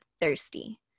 thirsty